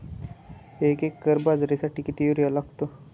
एक एकर बाजरीसाठी किती युरिया लागतो?